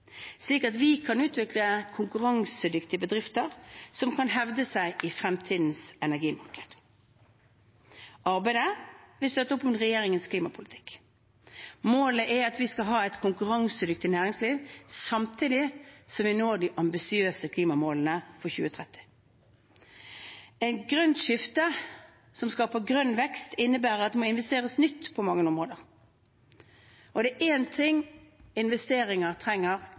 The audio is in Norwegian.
slik at vi kan utvikle konkurransedyktige bedrifter som kan hevde seg i fremtidens energimarked. Arbeidet vil støtte opp om regjeringens klimapolitikk. Målet er at vi skal ha et konkurransedyktig næringsliv samtidig som vi når de ambisiøse klimamålene for 2030. Et grønt skifte som skaper grønn vekst, innebærer at det må investeres nytt på mange områder, og er det én ting investeringer trenger,